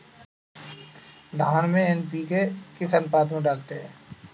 धान में एन.पी.के किस अनुपात में डालते हैं?